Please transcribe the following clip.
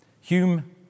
Hume